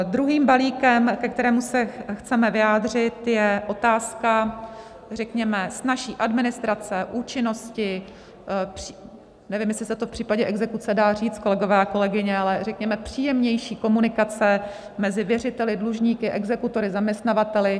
Druhým balíkem, ke kterému se chceme vyjádřit, je otázka řekněme snazší administrace, účinnosti nevím, jestli se to v případě exekuce dá říct, kolegové a kolegyně, ale řekněme příjemnější komunikace mezi věřiteli, dlužníky, exekutory, zaměstnavateli.